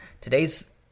Today's